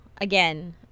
again